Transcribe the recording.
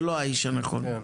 זה לא האיש הנכון.